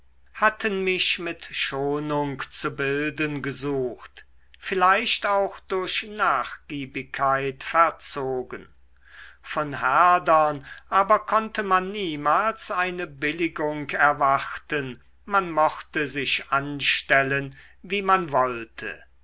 hatten mich mit schonung zu bilden gesucht vielleicht auch durch nachgiebigkeit verzogen von herdern aber konnte man niemals eine billigung erwarten man mochte sich anstellen wie man wollte